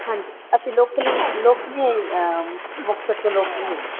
ਹਾਂਜੀ ਅਸੀਂ local locally Muktsar ਤੋਂ ਲੋਕਲ ਹੀ ਹੈ